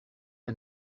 and